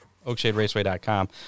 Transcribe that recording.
oakshaderaceway.com